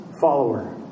follower